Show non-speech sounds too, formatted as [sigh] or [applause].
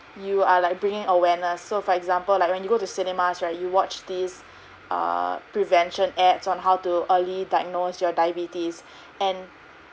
you are like bringing awareness so for example like when you go to cinemas right you watch these err prevention ads on how to early diagnose your diabetes [breath] and